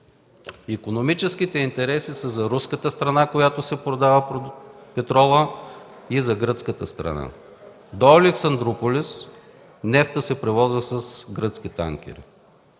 Икономическите интереси са за руската страна, която си продава петрола, и за гръцката страна. До Александруполис нефтът се превозва с гръцки танкери.